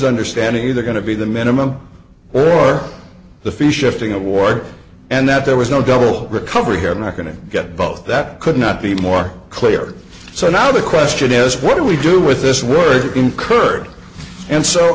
understanding either going to be the minimum or the fee shifting award and that there was no double recovery here i'm not going to get both that could not be more clear so now the question is what do we do with this were incurred and so